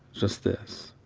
just this,